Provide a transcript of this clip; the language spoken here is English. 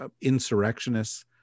insurrectionists